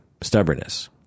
stubbornness